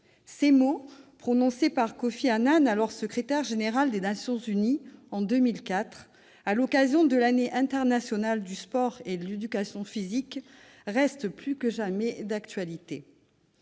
ces mots, prononcés en 2004 par Kofi Annan, alors secrétaire général des Nations unies, à l'occasion de l'année internationale du sport et de l'éducation physique, restent plus que jamais d'actualité.